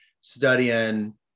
studying